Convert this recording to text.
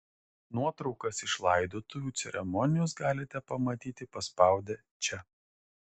nuotraukas iš laidotuvių ceremonijos galite pamatyti paspaudę čia